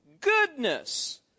Goodness